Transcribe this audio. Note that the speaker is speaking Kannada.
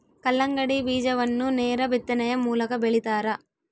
ಕಲ್ಲಂಗಡಿ ಬೀಜವನ್ನು ನೇರ ಬಿತ್ತನೆಯ ಮೂಲಕ ಬೆಳಿತಾರ